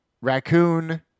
raccoon